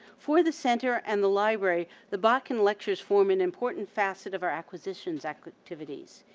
for the center and the library, the botkin lectures form an important facet of our acquisitions' activities.